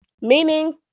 Meaning